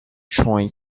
trying